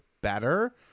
better